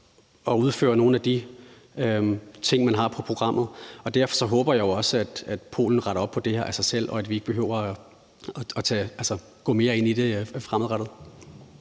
at udføre nogle af de ting, man har på programmet. Derfor håber jeg også, at Polen retter op på det her af sig selv, og at vi ikke behøver at gå mere ind i det fremadrettet.